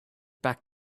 back